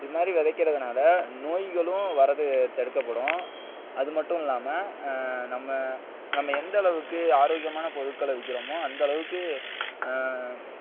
இது மாதிரி விதைக்கறதுனால நோய்களும் வரது தடுக்கப்படும் அது மட்டும் இல்லாமல் நம்ம நம்ம எந்தளவுக்கு ஆரோக்கியமான பொருட்களை விற்கிறமோ அந்தளவுக்கு